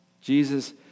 Jesus